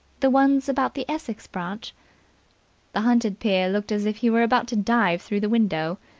the ones about the essex branch the hunted peer looked as if he were about to dive through the window.